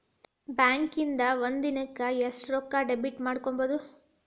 ಬ್ಯಾಂಕಿಂದಾ ಒಂದಿನಕ್ಕ ಎಷ್ಟ್ ರೊಕ್ಕಾ ಡೆಬಿಟ್ ಮಾಡ್ಕೊಬಹುದು?